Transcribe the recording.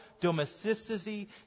domesticity